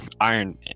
Iron